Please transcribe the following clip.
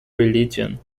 religion